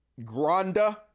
Granda